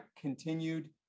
continued